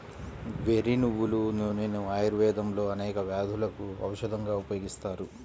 వెర్రి నువ్వుల నూనెను ఆయుర్వేదంలో అనేక వ్యాధులకు ఔషధంగా ఉపయోగిస్తారు